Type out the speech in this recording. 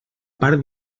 part